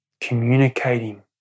communicating